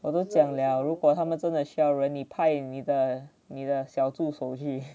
我都讲了如果他们真的需要人你派你的你的小助手去